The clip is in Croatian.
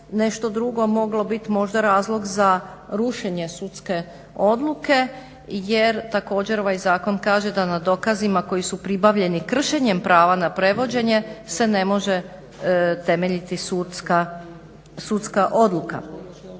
nešto drugo moglo biti možda razlog za rušenje sudske odluke jer također ovaj zakon kaže da na dokazima koji su pribavljeni kršenjem prava na prevođenje se ne može temeljiti sudska odluka.